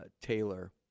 Taylor